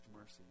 mercy